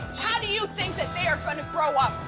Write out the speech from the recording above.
how do you think that they are going to grow up?